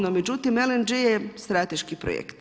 No međutim, LNG je strateški projekt.